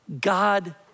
God